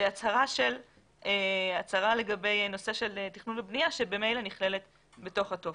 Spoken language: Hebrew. זאת הצהרה לגבי נושא של תכנון ובנייה שממילא נכללת בתוך הטופס.